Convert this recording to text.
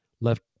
left